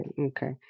Okay